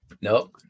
No